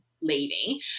leaving